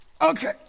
Okay